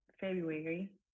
February